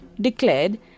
declared